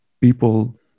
people